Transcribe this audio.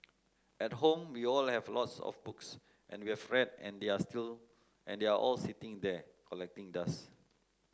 at home we all have a lots of books and we have read and they are still and they are all sitting there collecting dust